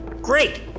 Great